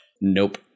Nope